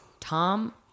Tom